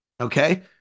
Okay